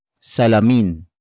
Salamin